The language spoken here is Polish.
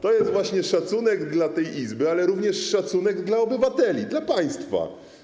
To jest właśnie szacunek dla tej Izby, ale również szacunek dla obywateli, dla państwa.